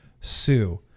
Sue